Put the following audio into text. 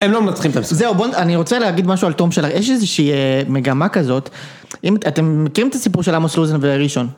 הם לא מנצחים את הסיפור. זהו, בואו, אני רוצה להגיד משהו על טום שלך. יש איזושהי מגמה כזאת, אם אתם מכירים את הסיפור של עמוס לוזן וראשון?